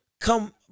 come